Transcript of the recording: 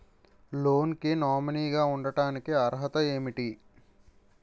Loan కి nominee గా ఉండటానికి అర్హత ఏమిటి?